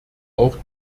auch